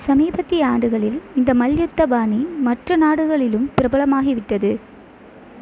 சமீபத்திய ஆண்டுகளில் இந்த மல்யுத்த பாணி மற்ற நாடுகளிலும் பிரபலமாகிவிட்டது